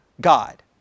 God